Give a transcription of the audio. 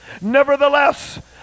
nevertheless